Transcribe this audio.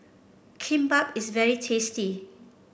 Kimbap is very tasty